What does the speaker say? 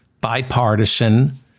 bipartisan